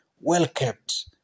well-kept